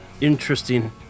interesting